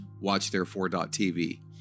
watchtherefore.tv